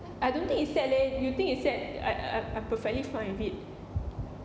I don't think it's sad leh you think it's sad I I I perfectly fine with it